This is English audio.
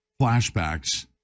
flashbacks